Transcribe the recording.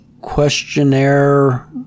questionnaire